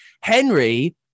Henry